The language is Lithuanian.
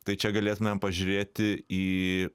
tai čia galėtumėm pažiūrėti į